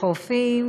"חופים